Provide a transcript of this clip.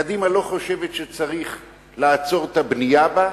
קדימה לא חושבת שצריך לעצור את הבנייה בה.